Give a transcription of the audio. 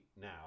now